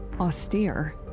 Austere